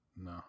No